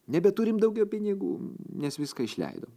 nebeturim daugiau pinigų nes viską išleidom